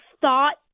thought